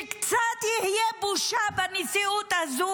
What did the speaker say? --- שקצת תהיה בושה בנשיאות הזו,